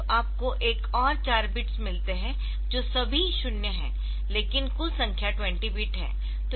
तो आपको एक और चार बिट्स मिलते है जो सभी शून्य है लेकिन कुल संख्या 20 बिट है